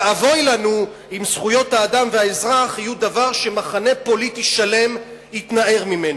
ואבוי לנו אם זכויות האדם והאזרח יהיו דבר שמחנה פוליטי שלם התנער ממנו.